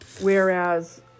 whereas